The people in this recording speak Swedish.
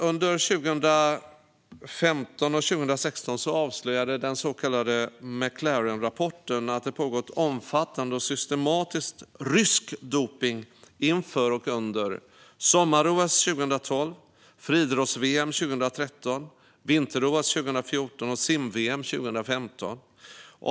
Under 2015 och 2016 avslöjade den så kallade McLaren-rapporten att det pågått omfattande och systematisk rysk dopning inför och under sommar-OS 2012, friidrotts-VM 2013, vinter-OS 2014 och sim-VM 2015.